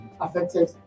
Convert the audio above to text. affected